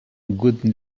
good